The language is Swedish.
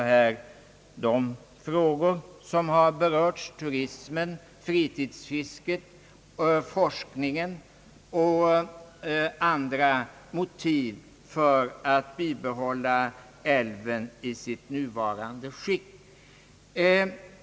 Vad som väger tyngre är turismen, fritidsfisket, forskningen och andra motiv som anförts för att bibehålla älven i nuvarande skick.